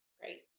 Great